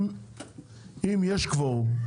אם יש קוורום,